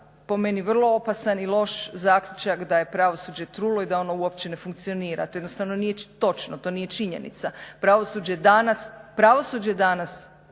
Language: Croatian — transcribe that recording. po meni vrlo opasan i loš zaključak da je pravosuđe trulo i da ono uopće ne funkcionira. To jednostavno nije točno, to nije činjenica. Pravosuđe danas,